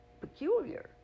Peculiar